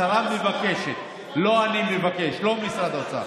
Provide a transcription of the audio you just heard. השרה מבקשת, לא אני מבקש, לא משרד האוצר.